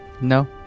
No